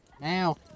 Now